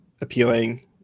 appealing